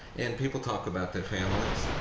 and people talk about their families,